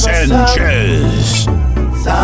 Sanchez